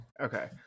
okay